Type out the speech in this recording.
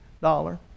Dollar